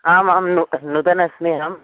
आम् आम् नू नूतनम् अस्मि अहम्